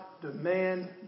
demand